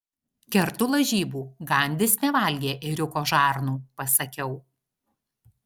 kertu lažybų gandis nevalgė ėriuko žarnų pasakiau